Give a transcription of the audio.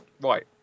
Right